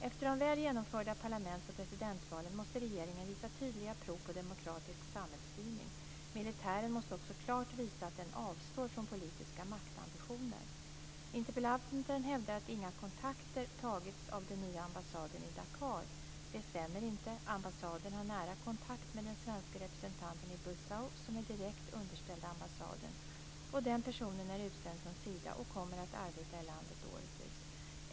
Efter de väl genomförda parlaments och presidentvalen måste regeringen visa tydliga prov på demokratisk samhällsstyrning. Militären måste också klart visa att den avstår från politiska maktambitioner. Interpellanten hävdar att inga kontakter tagits av den nya ambassaden i Dakar. Det stämmer inte. Ambassaden har nära kontakt med den svenske representanten i Bissau, som är direkt underställd ambassaden. Den personen är utsänd från Sida och kommer att arbeta i landet året ut.